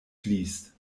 fließt